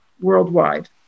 worldwide